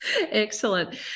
excellent